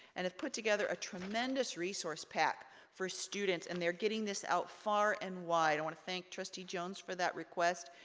and have put together a tremendous resource pack for students, and they're getting this out far and wide. i wanna thank trustee jones for that request.